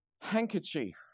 handkerchief